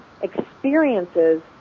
experiences